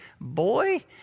boy